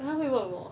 他会问我